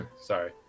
sorry